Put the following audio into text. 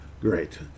Great